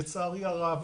לצערי הרב,